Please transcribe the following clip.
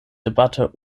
debatte